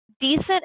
decent